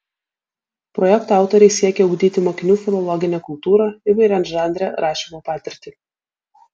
projekto autoriai siekia ugdyti mokinių filologinę kultūrą įvairiažanrę rašymo patirtį